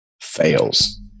fails